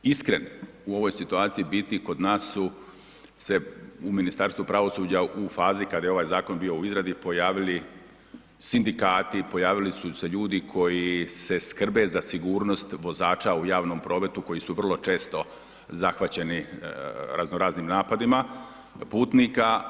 Iskreno, u ovoj situaciji biti kod nas su se u Ministarstvu pravosuđa u fazi kada je ovaj zakon bio u izradi pojavili sindikati, pojavili su se ljudi koji se skrbe za sigurnost vozača u javnom prometu koji su vrlo često zahvaćeni razno raznim napadima putnika.